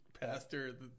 pastor